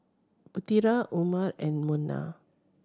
Putera Umar and Munah